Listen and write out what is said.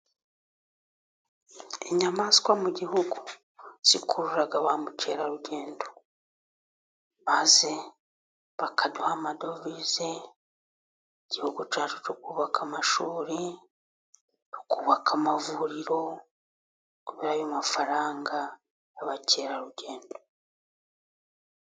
Inyamaswa mu gihugu zikurura ba mukerarugendo, maze bakaduha amadovize, igihugu cyacu kikubaka amashuri, kikubaka amavuriro, kubera ayo mafaranga y'abakerarugendo.